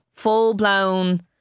full-blown